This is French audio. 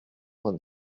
vingt